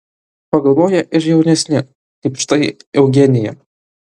pagalvoja ir jaunesni kaip štai eugenija